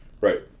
Right